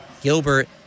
Gilbert